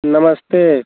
नमस्ते